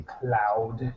Cloud